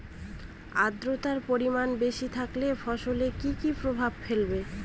আদ্রর্তার পরিমান বেশি থাকলে ফসলে কি কি প্রভাব ফেলবে?